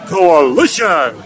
Coalition